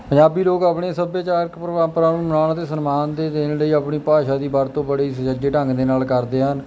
ਪੰਜਾਬੀ ਲੋਕ ਆਪਣੇ ਸੱਭਿਆਚਾਰਕ ਪਰੰਪਰਾ ਨੂੰ ਮਾਣ ਅਤੇ ਸਨਮਾਨ ਦੇ ਦੇਣ ਲਈ ਆਪਣੀ ਭਾਸ਼ਾ ਦੀ ਵਰਤੋਂ ਬੜੇ ਸੁਚੱਜੇ ਢੰਗ ਦੇ ਨਾਲ ਕਰਦੇ ਹਨ